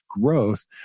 growth